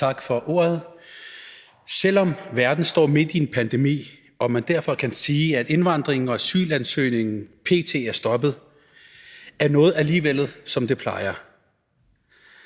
Tak for ordet. Selv om verden står midt i en pandemi, og man derfor kan sige, at indvandringen og asylansøgningen p.t. er stoppet, er noget alligevel, som det plejer.